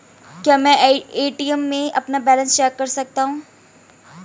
क्या मैं ए.टी.एम में अपना बैलेंस चेक कर सकता हूँ?